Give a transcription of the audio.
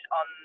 on